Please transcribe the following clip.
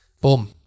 Boom